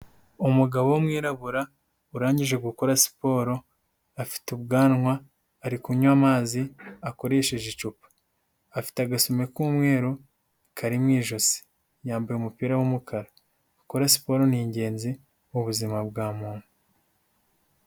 Umugabo w'umwirabura urangije gukora siporo, afite ubwanwa ari kunywa amazi akoresheje icupa, afite agasume k'umweru kari mu ijosi, yambaye umupira w'umukara, gukora siporo ni ingenzi mu buzima bwa muntu.